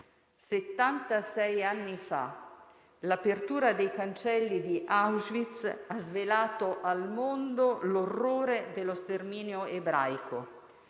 anni fa l'apertura dei cancelli di Auschwitz ha svelato al mondo l'orrore dello sterminio ebraico.